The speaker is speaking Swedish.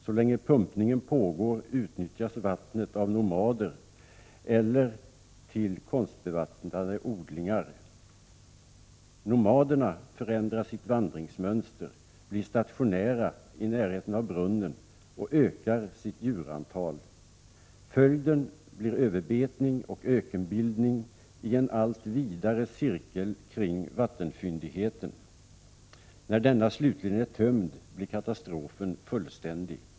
Så länge pumpningen pågår utnyttjas vattnet av nomader eller till konstbevattnade odlingar. Nomaderna förändrar sitt vandringsmönster, blir stationära i närheten av brunnen och ökar sitt djurantal. Följden blir överbetning och ökenbildning i en allt vidare cirkel kring vattenfyndigheten. När denna slutligen är tömd blir katastrofen fullständig.